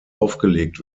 aufgelegt